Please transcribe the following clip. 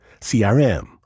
CRM